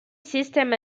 system